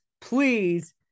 please